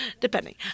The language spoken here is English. depending